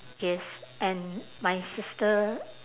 yes and my sister